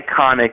iconic